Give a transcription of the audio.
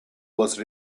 was